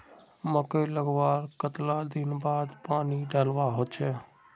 मकई लगवार कतला दिन बाद पानी डालुवा होचे?